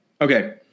Okay